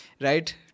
right